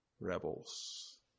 rebels